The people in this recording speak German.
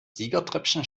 siegertreppchen